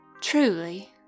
truly